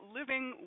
Living